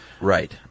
Right